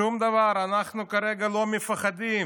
שום דבר, אנחנו כרגע לא מפחדים,